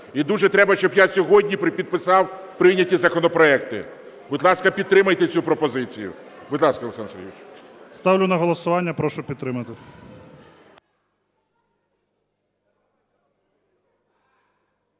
і дуже треба, щоб я сьогодні підписав прийняті законопроекти. Будь ласка, підтримайте цю пропозицію. Будь ласка, Олександр Сергійович. Веде засідання Перший заступник